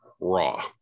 raw